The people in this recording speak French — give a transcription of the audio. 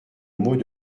mot